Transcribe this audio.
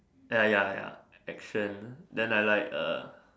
ya ya ya action then I like err